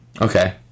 Okay